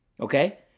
Okay